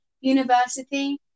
university